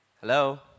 Hello